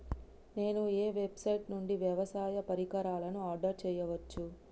నేను ఏ వెబ్సైట్ నుండి వ్యవసాయ పరికరాలను ఆర్డర్ చేయవచ్చు?